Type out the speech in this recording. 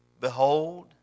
Behold